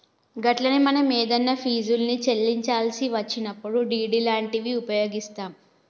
గట్లనే మనం ఏదన్నా ఫీజుల్ని చెల్లించాల్సి వచ్చినప్పుడు డి.డి లాంటివి ఉపయోగిస్తాం